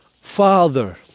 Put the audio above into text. Father